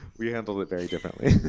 we handled it very differently.